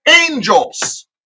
angels